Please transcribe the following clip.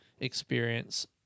experience